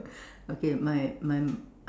okay my my